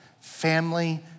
family